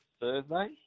Thursday